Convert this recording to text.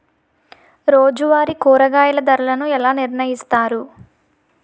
రోజువారి కూరగాయల ధరలను ఎలా నిర్ణయిస్తారు?